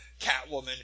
Catwoman